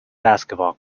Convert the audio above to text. basketball